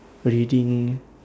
reading